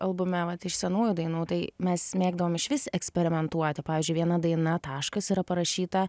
albume vat iš senųjų dainų tai mes mėgdavom išvis eksperimentuoti pavyzdžiui viena daina taškas yra parašyta